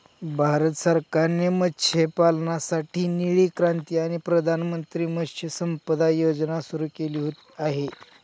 भारत सरकारने मत्स्यपालनासाठी निळी क्रांती आणि प्रधानमंत्री मत्स्य संपदा योजना सुरू केली आहे